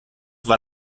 war